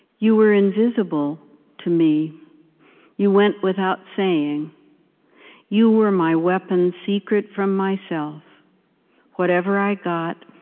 you were invisible to me you went without saying you were my weapon secret from myself whatever i got,